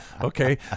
Okay